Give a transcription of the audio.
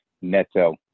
Neto